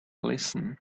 listen